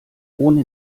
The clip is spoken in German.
ohne